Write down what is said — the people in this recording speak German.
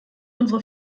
unsere